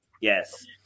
Yes